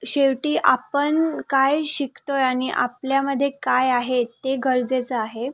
शेवटी आपण काय शिकतो आहे आणि आपल्यामध्ये काय आहे ते गरजेचं आहे